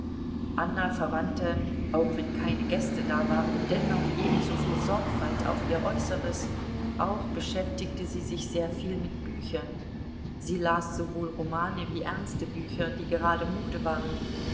anna verwandte auch wenn keine gäste da waren dennoch ebensoviel sorgfalt auf ihr äußeres auch beschäftigte sie sich sehr viel mit büchern sie las sowohl romane wie ernste bücher die gerade mode waren